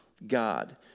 God